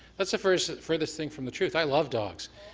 that's the furthest furthest thing from the truth. i love dogs.